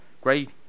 great